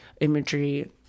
imagery